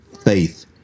faith